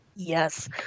Yes